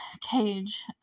cage